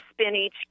spinach